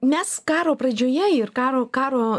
nes karo pradžioje ir karo karo